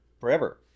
forever